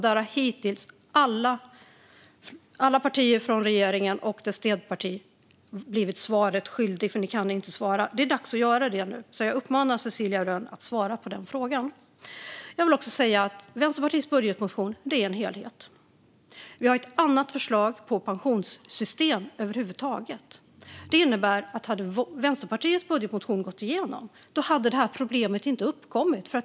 Där har hittills alla partier från regeringen och dess stödparti blivit svaret skyldiga. Ni kan inte svara. Det är dags att göra det nu. Jag uppmanar Cecilia Rönn att svara på den frågan. Vänsterpartiets budgetmotion är en helhet. Vi har ett annat förslag på pensionssystem över huvud taget. Det innebär att om Vänsterpartiets budgetmotion hade gått igenom hade det här problemet inte uppkommit.